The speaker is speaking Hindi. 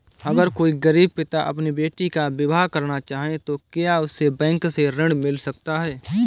अगर कोई गरीब पिता अपनी बेटी का विवाह करना चाहे तो क्या उसे बैंक से ऋण मिल सकता है?